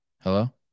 Hello